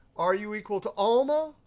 are you equal to alma?